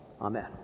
Amen